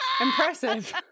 impressive